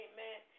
Amen